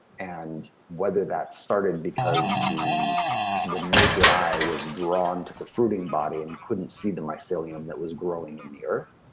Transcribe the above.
and whether that started because the the naked eye was drawn to the fruiting body and couldn't see the mycelium that was growing in the earth,